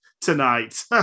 tonight